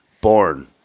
born